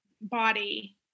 body